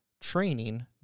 training